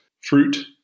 fruit